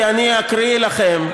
כי אני אקריא לכם.